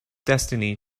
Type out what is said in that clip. destiny